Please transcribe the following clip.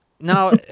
Now